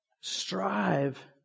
Strive